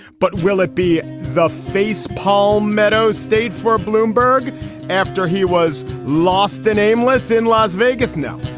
but will it be the face palmetto state for bloomberg after he was lost and aimless in las vegas? no